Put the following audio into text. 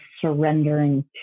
surrendering